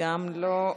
גם לא,